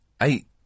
Eight